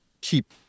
keep